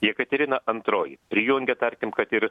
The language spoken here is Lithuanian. jekaterina antroji prijungia tarkim kad ir